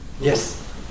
Yes